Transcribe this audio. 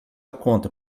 conta